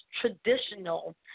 traditional